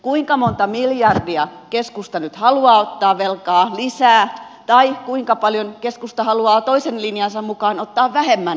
kuinka monta miljardia keskusta nyt haluaa ottaa velkaa lisää tai kuinka paljon keskusta haluaa toisen linjansa mukaan ottaa vähemmän velkaa